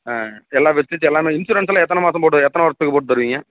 ஆ எல்லா ஃபெசிலிட்டி எல்லாம் இன்ஷுரன்ஸ் எல்லாம் எத்தனை மாதம் போட்டு எத்தனை வருஷத்துக்கு போட்டு தருவீங்க